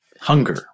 hunger